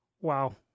Wow